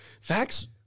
facts